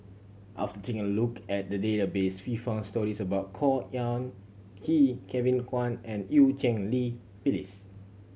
after taking a look at the database we found stories about Khor Ean Ghee Kevin Kwan and Eu Cheng Li Phyllis